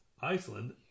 Iceland